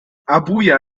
abuja